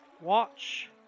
watch